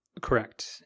Correct